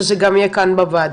וזה גם יהיה כאן בוועדה.